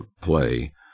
play